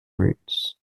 roots